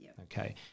Okay